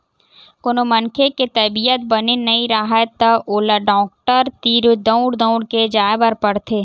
कोनो मनखे के तबीयत बने नइ राहय त ओला डॉक्टर तीर दउड़ दउड़ के जाय बर पड़थे